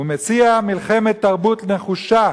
הוא מציע מלחמת תרבות נחושה.